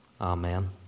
Amen